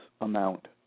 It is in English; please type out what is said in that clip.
amount